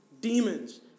demons